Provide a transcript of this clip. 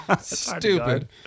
stupid